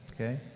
Okay